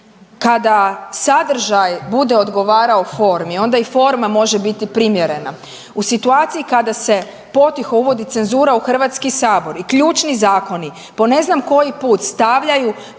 kada sadržaj bude odgovarao formi onda i forma može biti primjerena. U situaciji kada se potiho uvodi cenzura u HS i ključni zakoni po ne znam koji put stavljaju